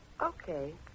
Okay